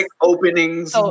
openings